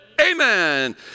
amen